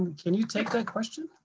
and can you take that question?